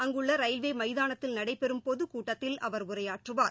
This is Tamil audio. அங்குள்ள ரயில்வே மைதானத்தில் நடைபெறும் பொதுக்கூட்டத்தில் அவர் உரையாற்றுவார்